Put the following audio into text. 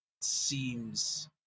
seems